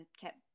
kept